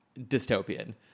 dystopian